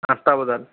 আঠটা বজাত